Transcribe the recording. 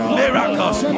miracles